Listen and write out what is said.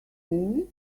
mean